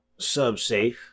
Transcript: Subsafe